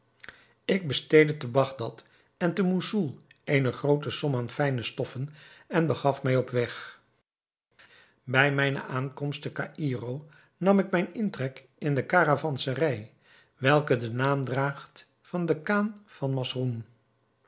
ik besteedde te bagdad en te moussoul eene groote som aan fijne stoffen en begaf mij op weg bij mijne aankomst te caïro nam ik mijn intrek in de karavanserij welke den naam draagt van de khan van